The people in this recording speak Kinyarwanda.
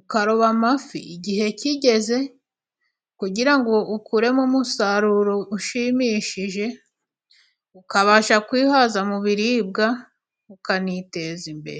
ukaroba amafi igihe kigeze, kugira ngo ukuremo umusaruro ushimishije, ukabasha kwihaza mu biribwa, ukaniteza imbere.